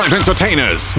entertainers